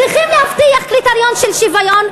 צריכים להבטיח קריטריון של שוויון.